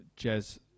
Jez